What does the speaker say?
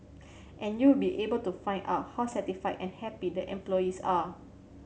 and you'd be able to find out how satisfied and happy the employees are